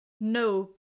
No